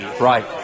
Right